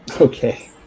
okay